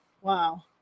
wow